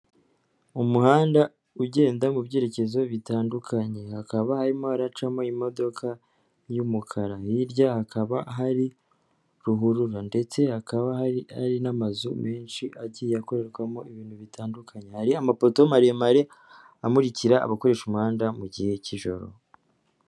Umuhanda ugenda mu byerekezo bitandukanye hakaba harimo haracamo imodoka y'umukara hirya hakaba hari ruhurura ndetse hakaba hari n'amazu menshi agiye akorerwamo ibintu bitandukanye, hari amapoto maremare amurikira abakoresha umuhanda mu gihe cy'ijoro.